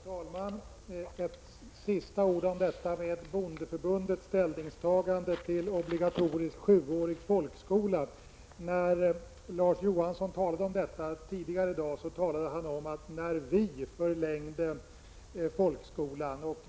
Herr talman! Jag vill säga ett sista ord när det gäller bondeförbundets ställningstagande till obligatorisk sjuårig folkskola. När Larz Johansson tidigare talade om detta i dag sade han: När vi förlängde folkskolan.